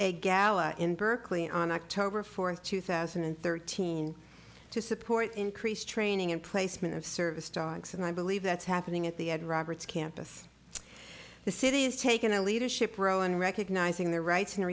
a gala in berkeley on october fourth two thousand and thirteen to support increased training and placement of service dogs and i believe that's happening at the ed roberts campus the city is taking a leadership role in recognizing the rights and